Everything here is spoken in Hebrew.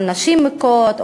על נשים מוכות,